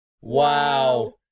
Wow